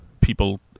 people